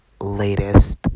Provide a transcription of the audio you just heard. latest